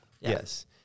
Yes